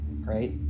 right